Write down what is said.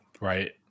Right